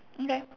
okay